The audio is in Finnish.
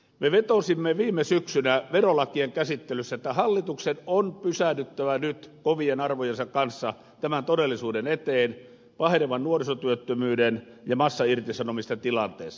me vetosimme viime syksynä verolakien käsittelyssä että hallituksen on pysähdyttävä nyt omien arvojensa kanssa tämän todellisuuden eteen pahenevan nuorisotyöttömyyden ja massairtisanomisten tilanteessa